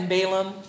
Balaam